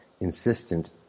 insistent